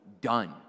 done